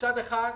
מצד אחד,